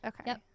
Okay